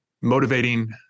Motivating